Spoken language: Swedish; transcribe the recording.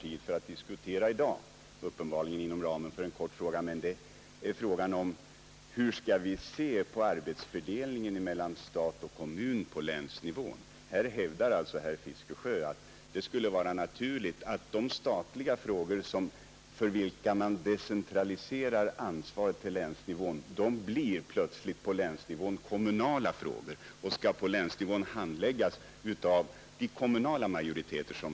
Den frågan är så stor att vi uppenbarligen inte kan diskutera den i dag inom ramen för frågeinstitutet. Vi kan måhända diskutera den i annat sammanhang. Herr Fiskesjö hävdar att de statliga frågor för vilka ansvaret delegeras till länsnivå helt plötsligt blir kommunala frågor och att de bör handläggas av de kommunala majoriteterna där.